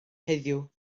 heddiw